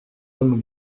homme